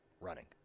running